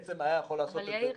היה יכול לעשות את זה --- יאיר,